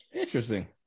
Interesting